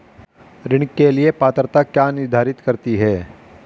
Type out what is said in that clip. ऋण के लिए पात्रता क्या निर्धारित करती है?